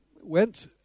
went